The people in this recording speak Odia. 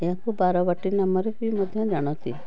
ଏହାକୁ ବାରବାଟୀ ନାମରେ ବି ମଧ୍ୟ ଜାଣନ୍ତି